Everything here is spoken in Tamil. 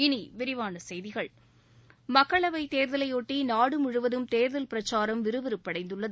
இனி விரிவான செய்திகள் மக்களவைத் தேர்தலையொட்டி நாடு முழுவதும் தேர்தல் பிரச்சாரம் விறுவிறுப்படைந்துள்ளது